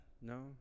No